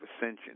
ascension